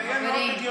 זה יהיה מאוד הגיוני.